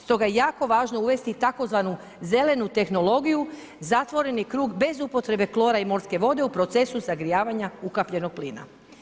Stoga je jako važno uvesti tzv. zelenu tehnologiju, zatvoreni krug bez upotrebe klora i morske vode u procesu sagrijavanja ukapljenog plina.